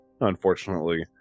unfortunately